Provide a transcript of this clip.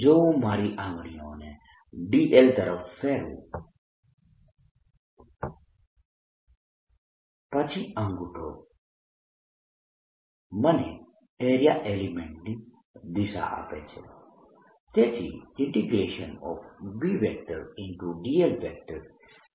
જો હું મારી આંગળીઓને dl તરફ ફેરવું પછી અંગૂઠો મને એરીયા એલિમેન્ટની દિશા આપે છે